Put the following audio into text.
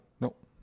Nope